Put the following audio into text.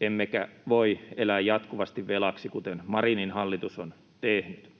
emmekä voi elää jatkuvasti velaksi, kuten Marinin hallitus on tehnyt.